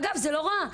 אגב, זה נורא.